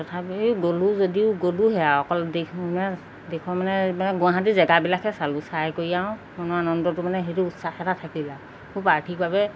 তথাপি গ'লোঁ যদিও গলোঁহে আৰু অকল মানে দেশৰ মানে মানে গুৱাহাটী জেগাবিলাকহে চালোঁ চাই কৰি আৰু মনৰ আনন্দটো মানে সেইটো উৎসাহ এটা থাকি যায় খুব আৰ্থিকভাৱে